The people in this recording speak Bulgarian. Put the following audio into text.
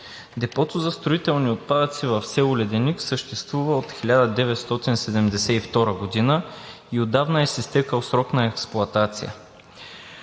депото за строителни отпадъци в село Леденик съществува от 1972 г. и отдавна е с изтекъл срок на експлоатация.